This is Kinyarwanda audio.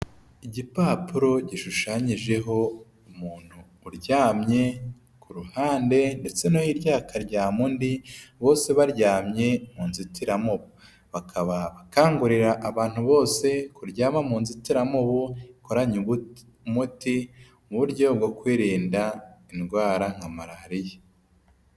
Igipapuro gishushanyijeho umuntu uryamye, ku ruhande ndetse na hirya hakaryama undi bose baryamye mu nzitiramu, bakaba bakangurira abantu bose kuryama mu nzitiramubu ikoranye umuti mu buryo bwo kwirinda indwara nka Malariya.